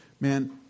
Man